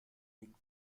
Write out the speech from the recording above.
ding